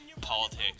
politics